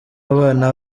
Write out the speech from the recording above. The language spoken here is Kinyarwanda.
abana